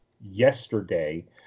yesterday